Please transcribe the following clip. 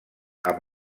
amb